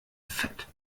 fett